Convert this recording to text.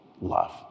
love